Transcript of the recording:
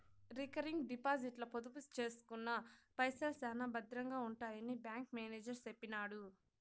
recurring డిపాజిట్ల పొదుపు సేసుకున్న పైసల్ శానా బద్రంగా ఉంటాయని బ్యాంకు మేనేజరు సెప్పినాడు